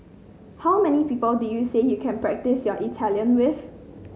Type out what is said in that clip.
how many people did you say you can practise your Italian with